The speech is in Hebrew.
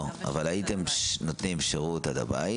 אבל הייתם נותנים שירות עד הבית.